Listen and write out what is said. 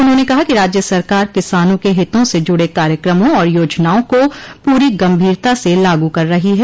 उन्होंने कहा कि राज्य सरकार किसानों के हितों से जुड़े कार्यक्रमों और योजनाओं को पूरी गम्भीरता से लागू कर रही है